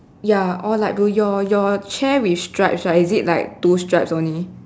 ya all light blue your your chair with stripe right is it like two stripes only